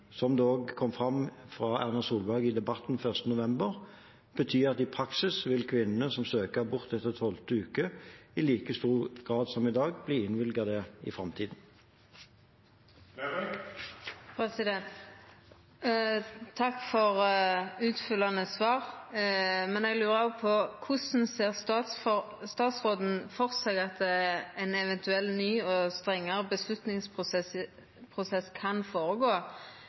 Debatten 1. november – bety at i praksis vil kvinnene som søker abort etter tolvte uke, i like stor grad som i dag bli innvilget det i framtiden. Takk for utfyllande svar, men eg lurar òg på korleis statsråden ser føre seg at ein eventuell ny og strengare avgjerdsprosess kan